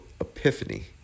epiphany